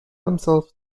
themselves